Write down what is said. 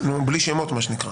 בלי שמות מה שנקרא